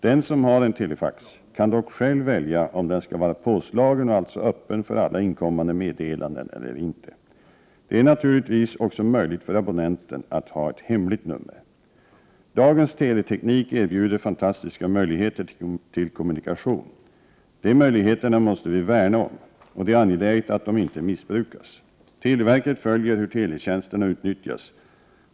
Den som har en telefax kan dock själv välja om den skall vara påslagen och alltså öppen för alla inkommande meddelanden eller inte. Det är naturligtvis också möjligt för abonnenten att ha ett hemligt nummer. Dagens teleteknik erbjuder fantastiska möjligheter till kommunikation. De möjligheterna måste vi värna om, och det är angeläget att de inte missbrukas. Televerket följer hur teletjänsterna utnyttjas.